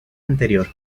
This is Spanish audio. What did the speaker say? anterior